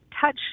touch